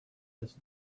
this